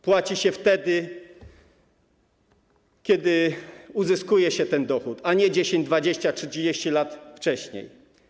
Płaci się go wtedy, kiedy uzyskuje się ten dochód, a nie 10, 20 czy 30 lat wcześniej.